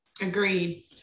Agreed